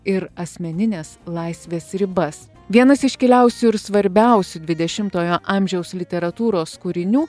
ir asmeninės laisvės ribas vienas iškiliausių ir svarbiausių dvidešimtojo amžiaus literatūros kūrinių